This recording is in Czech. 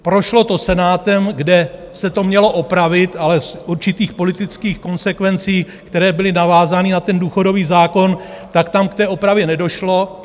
Prošlo to Senátem, kde se to mělo opravit, ale z určitých politických konsekvencí, které byly navázány na důchodový zákon, tak tam k opravě nedošlo.